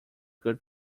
good